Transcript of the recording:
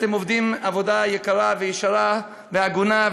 אתם עובדים עבודה יקרה וישרה והגונה,